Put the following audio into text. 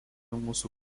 mūsų